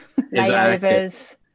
layovers